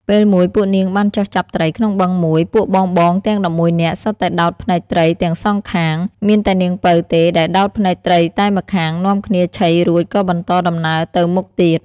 ពេលមួយពួកនាងបានចុះចាប់ត្រីក្នុងបឹងមួយ ពួកបងៗទាំង១១នាក់សុទ្ធតែដោតភ្នែកត្រីទាំងសងខាង មានតែនាងពៅទេដែលដោតភ្នែកត្រីតែម្ខាង នាំគ្នាឆីរួចក៏បន្តដំណើរទៅមុខទៀត។